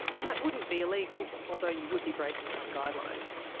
and that wouldn't be illegal, although you would be breaking some guidelines.